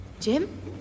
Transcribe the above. Jim